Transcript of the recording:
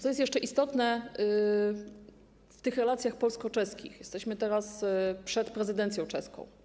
Co jest jeszcze istotne w tych relacjach polsko-czeskich, jesteśmy teraz przed prezydencją czeską.